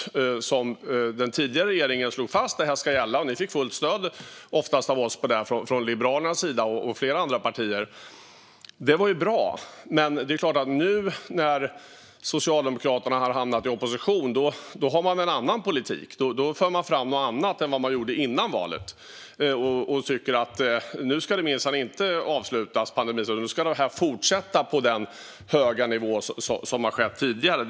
Där slog den tidigare regeringen fast vad som ska gälla, och det fick ni i ert parti ofta stöd för från oss i Liberalerna och andra partier. Nu när Socialdemokraterna har hamnat i opposition för de en annan politik. Då för de fram något annat än de gjorde före valet. Nu vill de inte längre att pandemistöden ska avslutas, utan stöden ska fortsätta att ligga på samma höga nivå som de låg på tidigare.